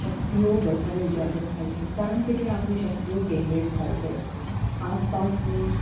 શક્તિઓ વધારે ઉજાગર થાય છે કારણ કે ત્યાં આપણી શક્તિઓ કેન્દ્રિત થાય છે આસપાસની